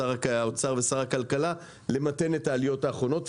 שר האוצר ושר הכלכלה למתן את העליות האחרונות,